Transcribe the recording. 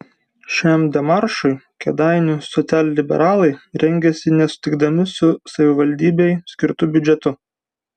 šiam demaršui kėdainių socialliberalai rengėsi nesutikdami su savivaldybei skirtu biudžetu